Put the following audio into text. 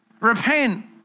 repent